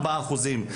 ארבעה אחוזים,